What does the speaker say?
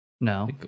no